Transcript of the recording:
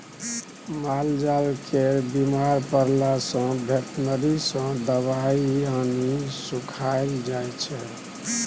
मालजाल केर बीमार परला सँ बेटनरी सँ दबाइ आनि खुआएल जाइ छै